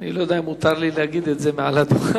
אני לא יודע אם מותר לי להגיד את זה מעל הדוכן.